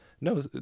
no